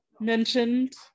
mentioned